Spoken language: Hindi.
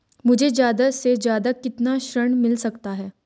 मुझे ज्यादा से ज्यादा कितना ऋण मिल सकता है?